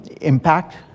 impact